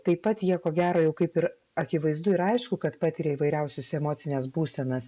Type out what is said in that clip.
taip pat jie ko gero jau kaip ir akivaizdu ir aišku kad patiria įvairiausius emocines būsenas